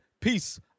Peace